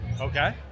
Okay